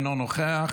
אינו נוכח,